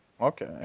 okay